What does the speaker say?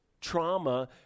trauma